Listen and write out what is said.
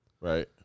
Right